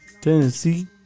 Tennessee